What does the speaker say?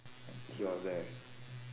he was there